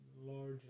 large